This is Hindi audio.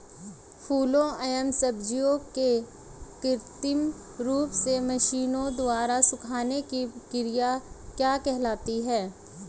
फलों एवं सब्जियों के कृत्रिम रूप से मशीनों द्वारा सुखाने की क्रिया क्या कहलाती है?